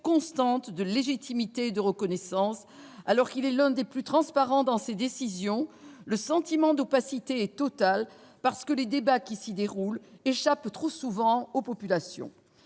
constante de légitimité et de reconnaissance. Alors qu'il est l'un des plus transparents dans ses décisions, le sentiment d'opacité est total, parce que les débats qui s'y déroulent échappent trop souvent aux populations.